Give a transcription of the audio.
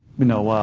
you know,